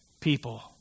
people